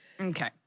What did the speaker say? Okay